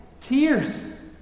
tears